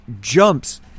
jumps